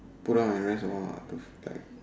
put down and rest a while lah to slack